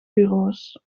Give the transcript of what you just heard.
bureaus